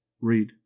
Read